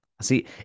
See